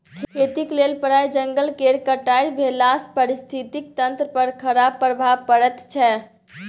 खेतीक लेल प्राय जंगल केर कटाई भेलासँ पारिस्थितिकी तंत्र पर खराप प्रभाव पड़ैत छै